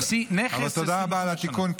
אבל תודה רבה על התיקון,